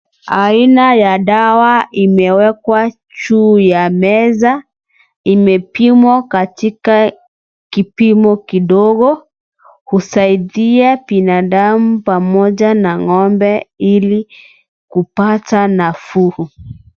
Aina ya dawa imewekwa juu ya meza, imepimwa katika kipimo kidogo kusaidia binadamu pamoja na ngombe ili kupata nafuu.